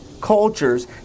cultures